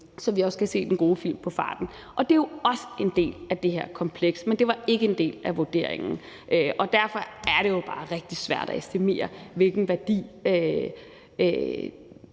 så vi også kan se den gode film på farten. Det er jo også en del af det her kompleks, men det var ikke en del af vurderingen, og det viser, at det bare er rigtig svært at estimere, hvilken værdi